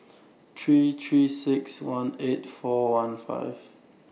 three three six one eight four one five